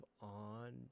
on